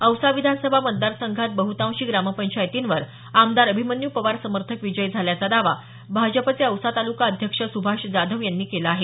औसा विधानसभा मतदार संघात बह्तांशी ग्रामपंचायतीवर आमदार अभिमन्यू पवार समर्थक विजयी झाल्याचा दावा भाजपाचे औसा ताल्का अध्यक्ष सुभाष जाधव यांनी केला आहे